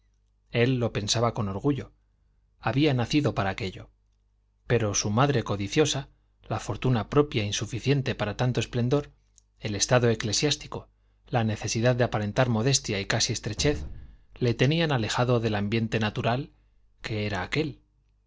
él lo pensaba con orgullo había nacido para aquello pero su madre codiciosa la fortuna propia insuficiente para tanto esplendor el estado eclesiástico la necesidad de aparentar modestia y casi estrechez le tenían alejado del ambiente natural que era aquel